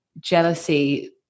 jealousy